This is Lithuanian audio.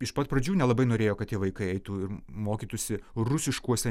iš pat pradžių nelabai norėjo kad tie vaikai eitų ir mokytųsi rusiškuose